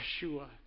Yeshua